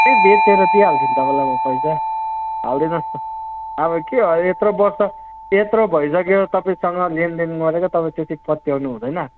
बेचेर दिइहाल्छु नि तपाईँलाई म पैसा हालिदिनु होस् न अब के अब यत्रो वर्ष यत्रो भइसक्यो तपाईँसँग लेनदेन गरेको तपाईँ त्यति पत्याउनु हुँदैन